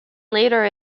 litter